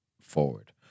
forward